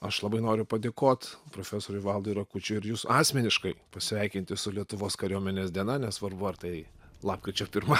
aš labai noriu padėkot profesoriui valdui rakučiui ir jus asmeniškai pasveikinti su lietuvos kariuomenės diena nesvarbu ar tai lapkričio pirma